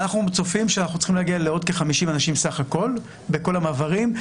אנחנו צופים שאנחנו צריכים להגיע לעוד כ-50 אנשים סך הכל בכל המעברים,